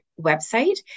website